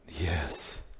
Yes